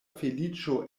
feliĉo